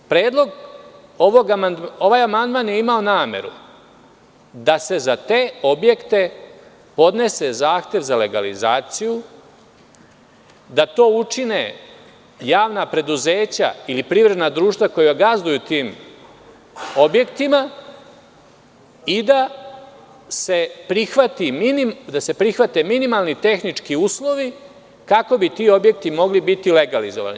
Ovaj amandman je imao nameru da se za te objekte podnese zahtev za legalizaciju, da to učine javna preduzeća ili privredna društva koja gazduju tim objektima i da se prihvati minimalni tehnički uslovi kako bi ti objekti mogli biti legalizovani.